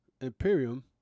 Imperium